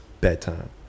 bedtime